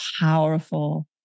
powerful